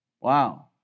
Wow